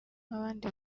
nk’abandi